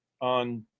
on